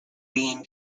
bean